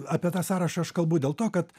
apie tą sąrašą aš kalbu dėl to kad